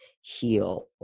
heal